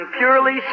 purely